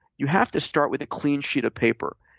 you have to start with a clean sheet of paper,